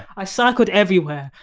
i cycled everywhere,